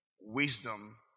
Wisdom